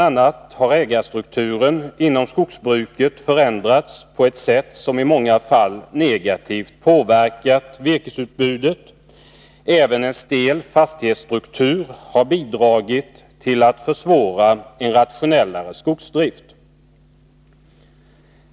a. har ägarstrukturen inom skogsbruket förändrats på ett sådant sätt att virkesutbudet i många fall påverkats negativt. Även en stel fastighetsstruktur har bidragit till att försvåra en rationellare skogsdrift.